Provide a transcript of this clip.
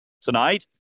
tonight